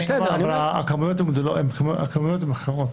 הכמויות אחרות.